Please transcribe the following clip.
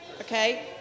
okay